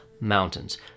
mountains